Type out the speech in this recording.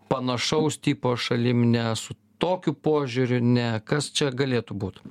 panašaus tipo šalim ne su tokiu požiūriu ne kas čia galėtų būt